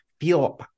feel